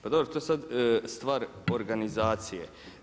Pa dobro, to je stvar organizacije.